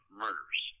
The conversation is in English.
murders